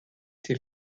ses